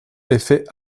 effet